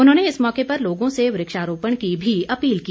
उन्होंने इस मौके पर लोगों से वृक्षारोपण की भी अपील की